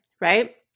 right